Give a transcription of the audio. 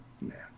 man